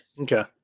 Okay